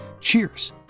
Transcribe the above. Cheers